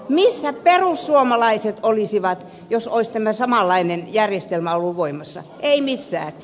missä perussuomalaiset olisivat jos olisi tämä samanlainen järjestelmä ollut voimassa ei missään